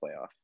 playoff